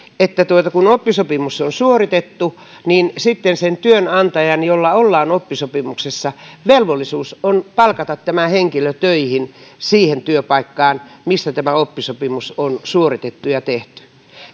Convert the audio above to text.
että kun oppisopimus on suoritettu niin sitten sen työnantajan jolla ollaan oppisopimuksessa velvollisuus on palkata tämä henkilö töihin siihen työpaikkaan missä tämä oppisopimus on suoritettu ja tehty